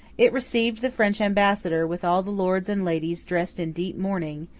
it received the french ambassador, with all the lords and ladies dressed in deep mourning,